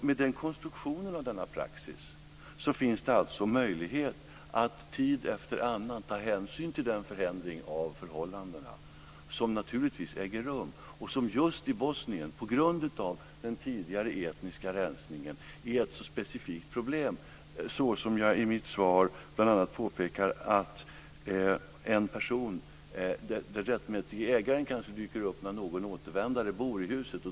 Med den konstruktionen av denna praxis finns det alltså möjlighet att tid efter annan ta hänsyn till den förändring av förhållandena som naturligtvis äger rum och som just i Bosnien, på grund av den tidigare etniska rensningen, är ett specifikt problem. Som jag påpekar i mitt svar kanske den rättmätige ägaren dyker upp när någon återvändare bor i huset.